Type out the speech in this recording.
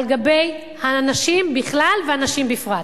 על גבי האנשים בכלל והנשים בפרט.